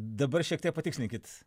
dabar šiek tiek patikslinkit